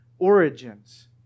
origins